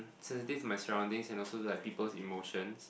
sensitive to my surroundings and also like people's emotions